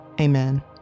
amen